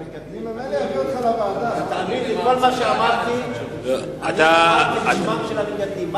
תאמין לי, כל מה שאמרתי, דיברתי בשם המגדלים.